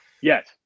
Yes